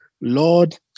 lord